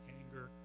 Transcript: anger